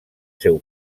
seu